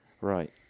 Right